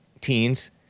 teens